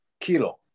kilo